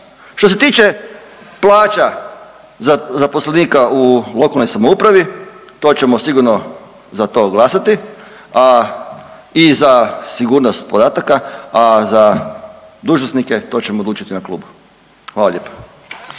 Što se tiče plaća zaposlenika u lokalnoj samoupravi to ćemo sigurno za to glasati, a i za sigurnost podataka, a za dužnosnike to ćemo odlučiti na klubu. Hvala lijepo.